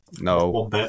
No